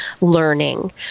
learning